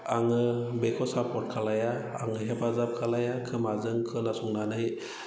आङो बेखौ सापर्ट खालाया आङो हेफाजाबबो खालाया खोमाजों खोनासंनानै